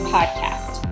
Podcast